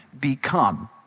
become